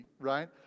right